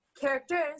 characters